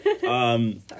Sorry